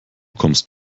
kommst